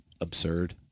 absurd